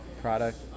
product